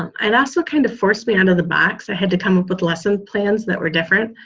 i and also kind of forced me out of the box. i had to come up with lesson plans that were different.